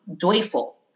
joyful